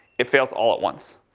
it fails all at once.